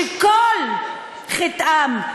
שכל חטאם,